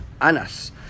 Anas